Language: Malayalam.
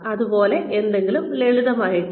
അത് പോലെ എന്തേലും ലളിതമായിട്ട്